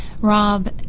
Rob